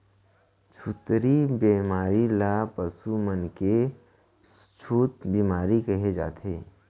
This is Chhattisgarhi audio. छुतही बेमारी ल पसु मन के छूत बेमारी कहे जाथे